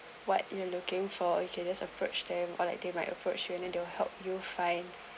what you're looking for you can just approach them or like they might approach you and then they will help you find